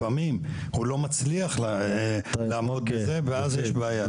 לפעמים הוא לא מצליח לעמוד בזה, ואז יש בעיה.